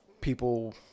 people